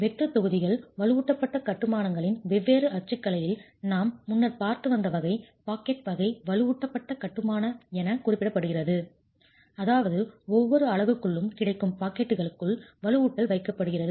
வெற்றுத் தொகுதிகள் வலுவூட்டப்பட்ட கட்டுமானங்களின் வெவ்வேறு அச்சுக்கலையில் நாம் முன்னர் பார்த்து வந்த வகை பாக்கெட் வகை வலுவூட்டப்பட்ட கட்டுமான என குறிப்பிடப்படுகிறது அதாவது ஒவ்வொரு அலகுக்குள்ளும் கிடைக்கும் பாக்கெட்டுகளுக்குள் வலுவூட்டல் வைக்கப்படுகிறது